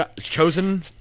chosen